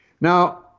Now